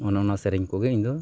ᱚᱱᱮ ᱚᱱᱟ ᱥᱮᱨᱮᱧ ᱠᱚᱜᱮ ᱤᱧᱫᱚ